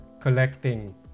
collecting